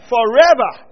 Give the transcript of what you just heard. Forever